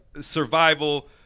survival